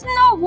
no